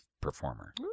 performer